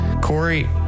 Corey